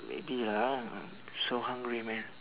maybe lah ah so hungry man